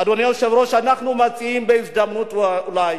אדוני היושב-ראש, אנחנו מציעים בהזדמנות, אולי,